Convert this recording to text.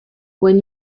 when